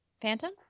Phantom